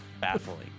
Baffling